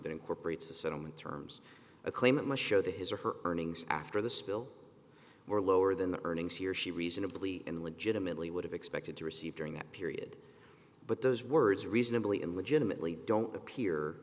that incorporates the settlement terms a claimant must show that his or her earnings after the spill were lower than the earnings he or she reasonably in legitimately would have expected to receive during that period but those words reasonably illegitimately don't appear